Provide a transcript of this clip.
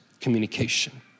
communication